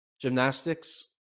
gymnastics